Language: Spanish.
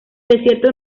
desierto